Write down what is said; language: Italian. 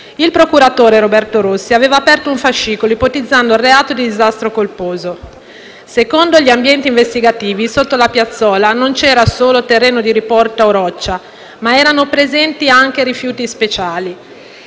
Il procuratore Roberto Rossi aveva aperto un fascicolo ipotizzando il reato di disastro colposo. Secondo gli ambienti investigativi, sotto la piazzola non c'era solo terreno di riporto o roccia, ma erano presenti anche rifiuti speciali.